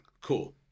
cool